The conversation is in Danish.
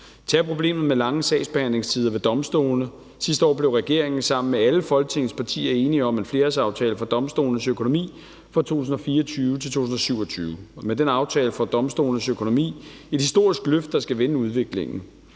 Tag problemet med lange sagsbehandlingstider ved domstolene. Sidste år blev regeringen sammen med alle Folketingets partier enige om en flerårsaftale for domstolenes økonomi fra 2024 til 2027. Med den aftale får domstolenes økonomi et historisk løft, der skal vende udviklingen.